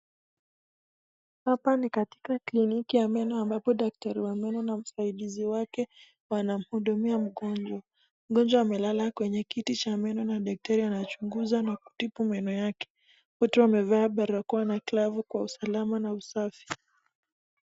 Hapa ni katika kliniki ya meno, ambapo daktari wa meno na msaidizi wake wanahudumia mgonjwa. mgonjwa amelala kwenye kiti cha meno na daktari anatibu na kuchunguza meno yake. Wote wamekaa barakoa na glavu kwa usalama na usafi.